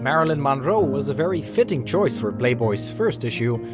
marilyn monroe was a very fitting choice for playboy's first issue,